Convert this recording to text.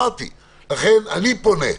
לכן אני פונה אליך,